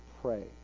pray